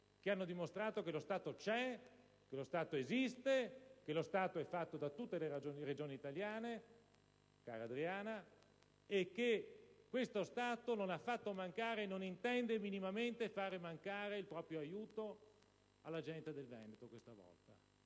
che hanno dimostrato che lo Stato c'è, che lo Stato esiste, che lo Stato è fatto da tutte le Regioni italiane, cara collega Poli Bortone, che lo Stato non intende minimamente far mancare il proprio aiuto alla gente del Veneto, che non